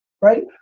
right